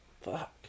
Fuck